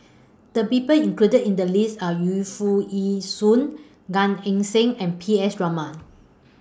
The People included in The list Are Yu Foo Yee Shoon Gan Eng Seng and P S Raman